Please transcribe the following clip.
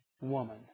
woman